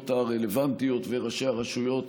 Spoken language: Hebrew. שירוכז על ידי ראשי המועצות האזוריות הרלוונטיות וראשי הרשויות,